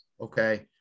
okay